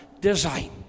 design